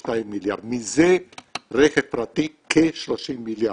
42 מיליארד, מזה רכב פרטי כ-30 מיליארד.